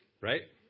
right